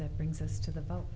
that brings us to the vote